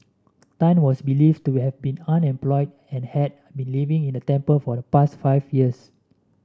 Tan was believed to have been unemployed and had been living in the temple for the past five years